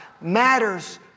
matters